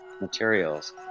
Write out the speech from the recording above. materials